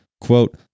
quote